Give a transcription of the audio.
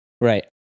Right